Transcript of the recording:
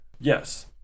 yes